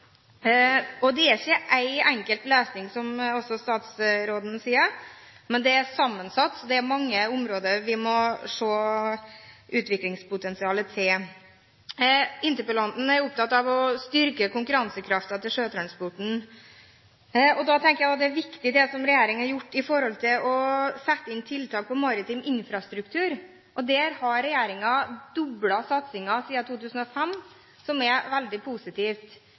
Det er ikke en enkel løsning, som statsråden sier, men dette er sammensatt, og det er mange områder der vi må se på utviklingspotensialet. Interpellanten er opptatt av å styrke konkurransekraften i sjøtransporten. Da tenker jeg at det er viktig det som regjeringen har gjort med å sette inn tiltak i forbindelse med maritim infrastruktur. Der har regjeringen doblet satsingen siden 2005, som er veldig positivt.